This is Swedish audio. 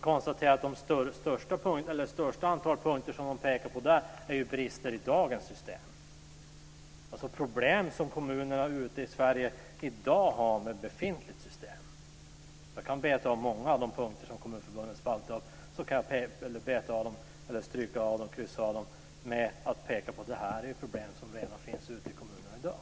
konstaterar jag att de flesta punkter som man pekar på där gäller brister i dagens system, alltså problem som kommunerna ute i Sverige i dag har med befintligt system. Jag kan beta av många av de punkter som Kommunförbundet spaltar upp och peka på att de handlar om problem som finns ute i kommunerna redan i dag.